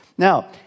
Now